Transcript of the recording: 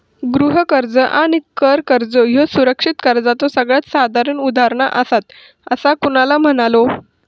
गृह कर्ज आणि कर कर्ज ह्ये सुरक्षित कर्जाचे सगळ्यात साधारण उदाहरणा आसात, असा कुणाल म्हणालो